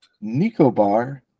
Nicobar